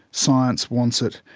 science wants it.